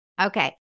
Okay